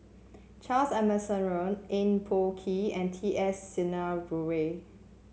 Charles Emmerson Eng Boh Kee and T S Sinnathuray